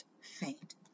faint